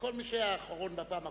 כל מי שהיה האחרון בפעם הקודמת,